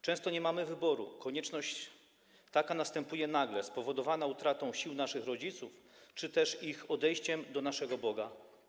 Często nie mamy wyboru, konieczność taka następuje nagle, spowodowana utratą sił naszych rodziców czy też ich odejściem do naszego Boga.